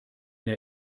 der